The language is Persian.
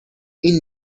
این